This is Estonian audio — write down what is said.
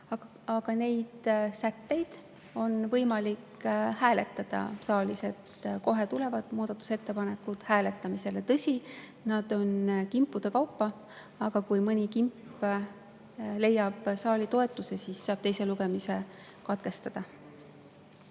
Neid sätteid on võimalik hääletada saalis, kohe tulevad muudatusettepanekud hääletamisele. Tõsi, need on kimpude kaupa. Aga kui mõni kimp leiab saalis toetuse, siis saab teise lugemise katkestada.